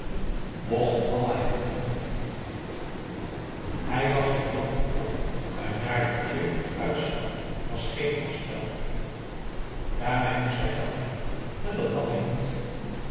mocht allah hen vernietigen hij gaf zijn plan niet op een jaartje uitstel was geen afstel daarbij moest hij geld hebben en dat had hij niet